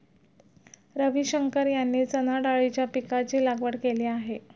रविशंकर यांनी चणाडाळीच्या पीकाची लागवड केली आहे